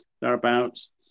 Thereabouts